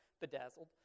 bedazzled